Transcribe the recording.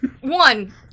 One